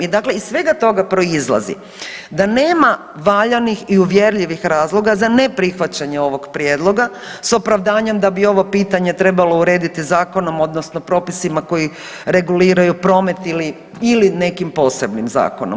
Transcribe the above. I dakle, iz svega toga proizlazi da nema valjanih i uvjerljivih razloga za neprihvaćanje ovog prijedloga sa opravdanjem da bi ovo pitanje trebalo urediti zakonom, odnosno propisima koji reguliraju promet ili nekim posebnim zakonom.